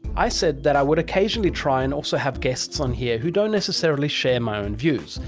i said that i would occasionally try and also have guests on here who don't necessarily share my own views,